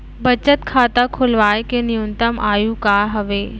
बचत खाता खोलवाय के न्यूनतम आयु का हवे?